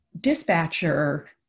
dispatcher